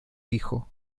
hijo